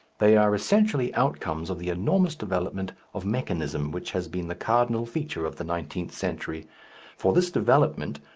they are essentially outcomes of the enormous development of mechanism which has been the cardinal feature of the nineteenth century for this development,